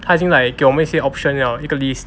他已经 like 给我们一些 option 了一个 list